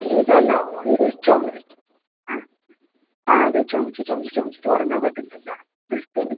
ഏയ് ഇല്ല അല്ല ആ അതെ ചുമച്ച് ചുമച്ച് ചുമച്ചിട്ട് ഉറങ്ങാൻ പറ്റുന്നില്ല ഫുൾ ടൈം